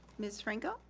ms. franco.